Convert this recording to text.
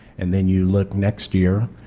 and then you look next year,